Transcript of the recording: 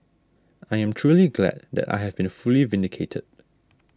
I am truly glad that I have been fully vindicated